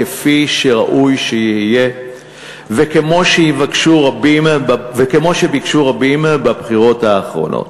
כפי שראוי שיהיה וכמו שביקשו רבים בבחירות האחרונות.